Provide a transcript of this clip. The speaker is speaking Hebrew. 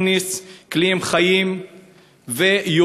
מכניס קליעים חיים ויורה,